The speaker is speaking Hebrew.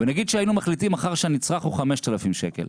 ונגיד שהיינו מחליטים מחר שהנצרך הוא 5,000 שקל,